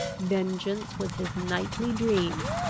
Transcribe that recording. vengeance was his nightly dream,